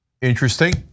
Interesting